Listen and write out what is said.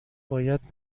باید